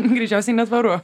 greičiausiai netvaru